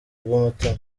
bw’umutima